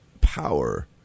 power